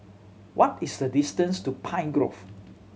what is the distance to Pine Grove